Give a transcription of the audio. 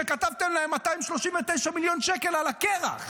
שכתבתם להם 239 מיליון שקל על הקרח